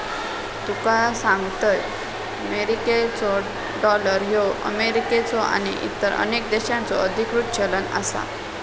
तुका सांगतंय, मेरिकेचो डॉलर ह्यो अमेरिकेचो आणि इतर अनेक देशांचो अधिकृत चलन आसा